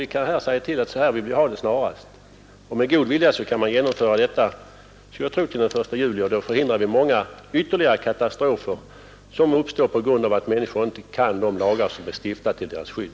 Vi kan säga till att så här vill vi ha det snarast möjligt. Med god vilja kan man genomföra detta, skulle jag tro, till den 1 juli, och då förhindrar vi många ytterligare katastrofer som annars skulle uppstå på grund av att människor inte kan de lagar som är stiftade till deras skydd.